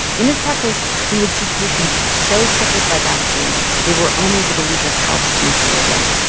in his practice, he would see patients so crippled by back pain they were unable to leave their house to make a living,